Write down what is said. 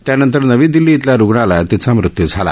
त्यानंतर नवी दिल्ली इथल्या रुग्णालयात तिचा मृत्यू झाला